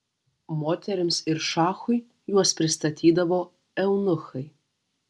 moterims ir šachui juos pristatydavo eunuchai